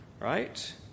Right